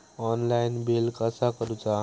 Online bill कसा करुचा?